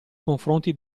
confronti